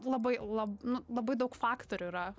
labai lab nu labai daug faktorių yra